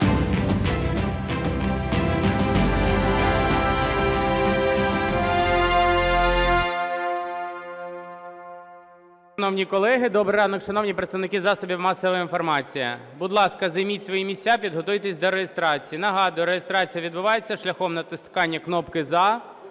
Добрий ранок, шановні представники засобів масової інформації! Будь ласка, займіть свої місця, підготуйтесь до реєстрації. Нагадую, реєстрація відбувається шляхом натискання кнопки "За"